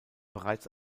bereits